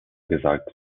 gesagt